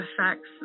affects